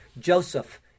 Joseph